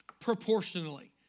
proportionally